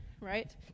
right